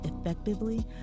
effectively